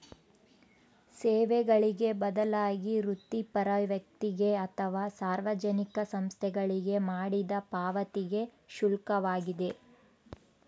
ಸೇವೆಗಳಿಗೆ ಬದಲಾಗಿ ವೃತ್ತಿಪರ ವ್ಯಕ್ತಿಗೆ ಅಥವಾ ಸಾರ್ವಜನಿಕ ಸಂಸ್ಥೆಗಳಿಗೆ ಮಾಡಿದ ಪಾವತಿಗೆ ಶುಲ್ಕವಾಗಿದೆ